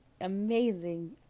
amazing